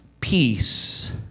peace